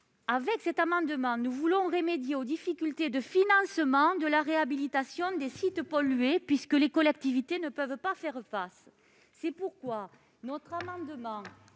de cet amendement, nous entendons remédier aux difficultés de financement de la réhabilitation des sites pollués, puisque les collectivités ne peuvent pas faire face à cette tâche.